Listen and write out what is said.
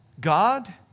God